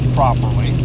properly